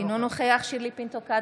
אינו נוכח שירלי פינטו קדוש,